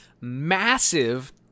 massive